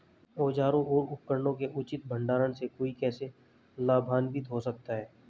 औजारों और उपकरणों के उचित भंडारण से कोई कैसे लाभान्वित हो सकता है?